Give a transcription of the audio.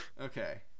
Okay